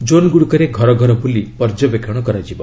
zone ଗୁଡ଼ିକରେ ଘର ଘର ବୁଲି ପର୍ଯ୍ୟବେକ୍ଷଣ କରାଯିବ